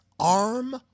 Arm